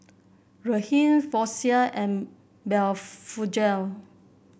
Ridwind Floxia and Blephagel